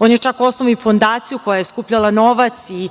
On je čak osnovao i fondaciju koja je skupljala novac i